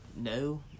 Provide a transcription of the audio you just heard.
No